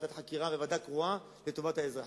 ועדת חקירה וועדה קרואה לטובת האזרחים.